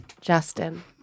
Justin